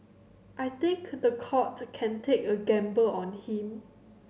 I think the court can take a gamble on him